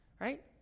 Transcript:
right